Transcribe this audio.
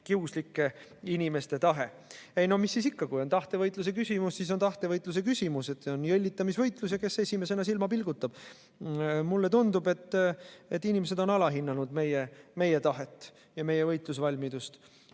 kiuslike inimeste tahe? Ei no mis siis ikka, kui on tahtevõitluse küsimus, siis on tahtevõitluse küsimus. On jõllitamisvõistlus, kes esimesena silma pilgutab. Mulle tundub, et inimesed on alahinnanud meie tahet ja võitlusvalmidust.